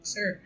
Sir